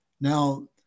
Now